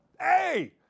hey